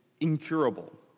incurable